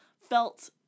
felt